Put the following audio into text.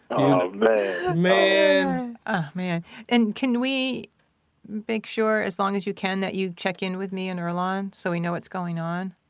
oh man man and can we make sure as long as you can, that you check in with me and earlonne so we know what's going on?